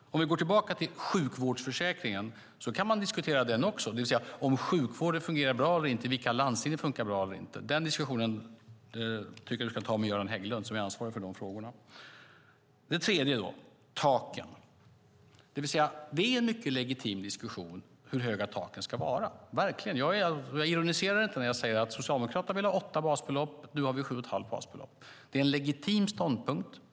Om vi går tillbaka till sjukvårdsförsäkringen kan man också diskutera den och om sjukvården fungera bra eller inte och i vilka landsting det fungerar bra eller inte. Den diskussionen tycker jag att du ska ta med Göran Hägglund som är ansvarig för de frågorna. Sedan gäller det taken. Det är en mycket legitim diskussion hur höga taken ska vara. Jag ironiserar inte när jag säger att Socialdemokraterna vill ha åtta basbelopp, och nu har vi sju och ett halvt basbelopp. Det är en legitim ståndpunkt.